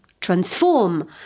transform